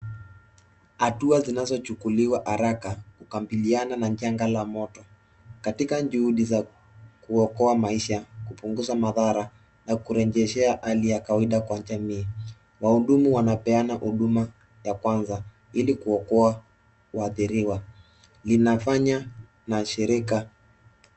Hatua zinazochukuliwa haraka kukabiliana na janga la moto katika juhudi za kuokoa maisha, kupunguza madhara na kurejeshea hali ya kawaida kwa jamii. Wahudumu wanapeana huduma ya kwanza ili kuokoa waadhiriwa. Linafanya na shirika.